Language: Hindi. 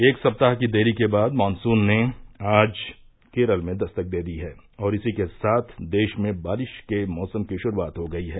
एक सप्ताह की देरी के बाद मानसून ने आज केरल में दस्तक दे दी है और इसी के साथ देश में बारिश के मौसम की शुरूआत हो गयी है